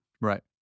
Right